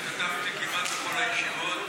השתתפתי כמעט בכל הישיבות,